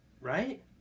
Right